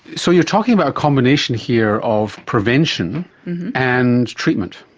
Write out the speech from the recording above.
so you're talking about a combination here of prevention and treatment.